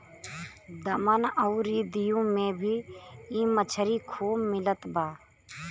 दमन अउरी दीव में भी इ मछरी खूब मिलत बा